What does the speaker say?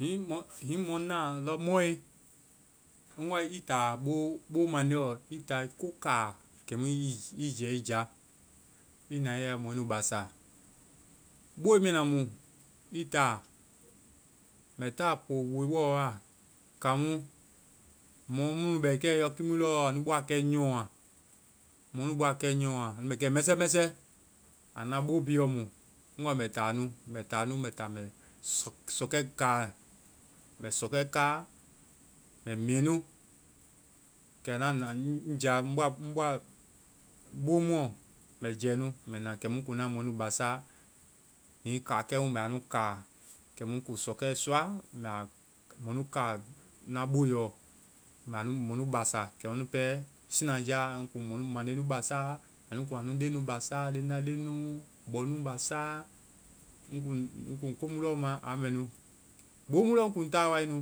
Hiŋi mɔ-hiŋi mɔ na, andɔ mɔe, ŋ wa i taa bo-bo mandeɔ kɛmu i ta ko kaa i jɛ i ja, i na i ya mɔɛ nu basa. Booe miana mu i taa? Mɛ ta poo boe bɔ wa. Kaŋmu mɔ mu nu bɛ kɛmu lɔ anu bɔa kɛ nyɔa. Anu bɔa kɛ nyɔa. Anu bɛ kɛ mɛsɛ mɛsɛ. Anua bo bi yɔ mu ŋ wa mɛ ta nu. Mɛ ta nu mɛ ta sɔkɛ kaa. Mɛ miiɛ nu. Kɛ na na ŋ ja, ŋ bɔa bo muɔ. Mɛ jɛ nu. Mɛ na kɛmu ŋ kuŋ na mɔɛ nu basaa. Hiŋi kaakɛ mu, mɛ a nu kaa. Kɛmu ŋ kuŋ sɔkɛ sɔ mɛ mɔnu kaa na boeɔ. Mɛ anu-mɔnu basaa kɛmu ŋ pɛ sinajáa, anu kuŋ mɔnu mande nu basaa, anu kuŋ anu leŋnu basaa, leŋdaleŋ nu, mɔnu basaa. Ŋ kuŋ komu lɔɔ maa, a mɛ nu. Boo mu lɔɔ ŋ kuŋ ta wae nu,